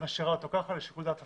משאירה כך, לשיקול דעת השר?